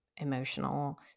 emotional